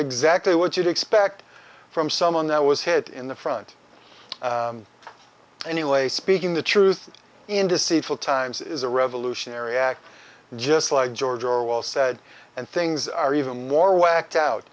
exactly what you'd expect from someone that was hit in the front anyway speaking the truth in deceitful times is a revolutionary act just like george orwell said and things are even more w